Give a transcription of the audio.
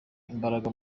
imbaraga